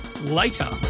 later